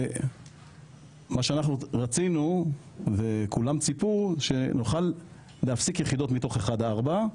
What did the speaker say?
ומה שאנחנו רצינו וכולם ציפו שנוכל להפסיק יחידות מתוך 1-4,